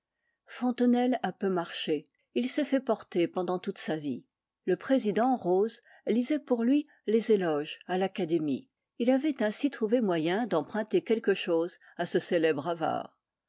fontenelle a peu marché il s'est fait porter pendant toute sa vie le président rose lisait pour lui les éloges à l'académie il avait ainsi trouvé moyen d'emprunter quelque chose à ce célèbre avare